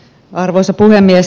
arvoisa puhemies